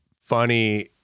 funny